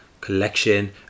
collection